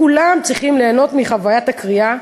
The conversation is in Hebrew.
כולם צריכים ליהנות מחוויית הקריאה.